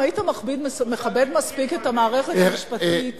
אם היית מכבד מספיק את המערכת המשפטית